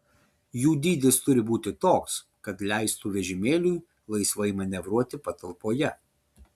jų dydis turi būti toks kad leistų vežimėliui laisvai manevruoti patalpoje